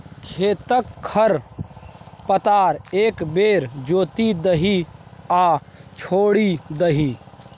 खेतक खर पतार एक बेर जोति दही आ छोड़ि दही